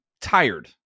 tired